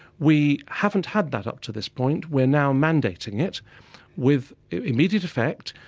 we haven't had that up to this point, we're now mandating it with immediate effect.